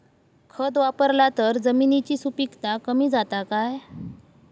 खत वापरला तर जमिनीची सुपीकता कमी जाता काय?